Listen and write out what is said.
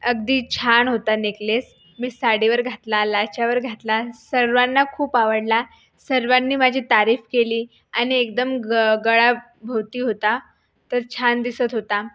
अगदी छान होता नेकलेस मी साडीवर घातला लाच्यावर घातला सर्वांना खूप आवडला सर्वांनी माझी तारीफ केली आणि एकदम ग गळ्याभोवती होता तर छान दिसत होता